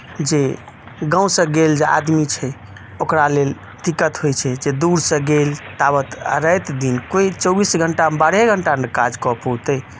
जे गाँवसँ गेल जे आदमी छै ओकरा लेल दिक्कत होइ छै जे दूरसँ गेल ताबत राति दिन कोइ चौबीस घंटा मे बारहे घंटा ने काज कऽ पौतै